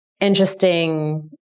interesting